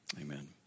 Amen